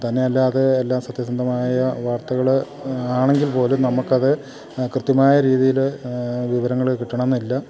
തന്നെയും അല്ല എല്ലാം സത്യസന്ധമായ വാർത്തകള് ആണെങ്കിൽ പോലും നമുക്ക് അത് കൃത്യമായ രീതിയില് വിവരങ്ങള് കിട്ടണമെന്നില്ല